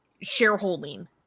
shareholding